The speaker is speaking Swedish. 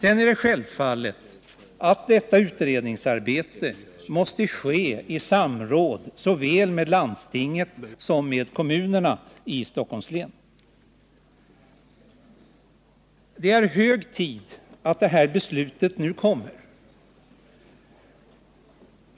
Det är självklart att utredningsarbetet måste ske i samråd med såväl landstinget som kommunerna i Stockholms län. Det är hög tid att detta beslut nu kommer.